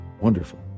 Wonderful